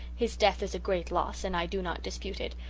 his death is a great loss and i do not dispute it.